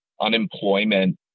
unemployment